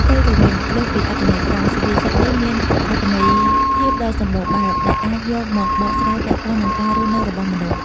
ផ្ទុយទៅវិញ លើសពីអត្ថន័យត្រង់ សុភាសិតនេះមានអត្ថន័យធៀបដ៏សម្បូរបែប ដែលអាចយកមកបកស្រាយពាក់ព័ន្ធនឹងការរស់នៅរបស់មនុស្ស។